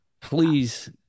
please